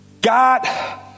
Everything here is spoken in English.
God